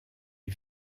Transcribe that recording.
est